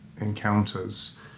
encounters